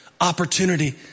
opportunity